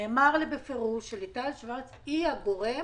נאמר לי בפירוש שליטל שוורץ היא הגורם